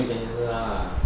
赚钱也是 lah